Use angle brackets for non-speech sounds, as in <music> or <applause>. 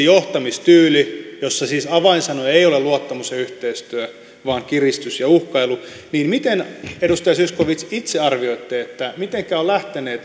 <unintelligible> johtamistyylissä siis avainsanoja eivät ole luottamus ja yhteistyö vaan kiristys ja uhkailu niin miten edustaja zyskowicz itse arvioitte mitenkä on lähtenyt